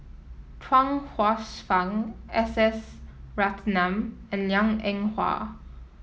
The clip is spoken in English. Chuang Hsueh Fang S S Ratnam and Liang Eng Hwa